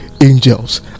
angels